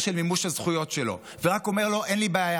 של מימוש הזכויות שלו ורק אומר לו: אין לי בעיה,